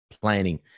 planning